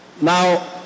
Now